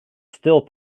still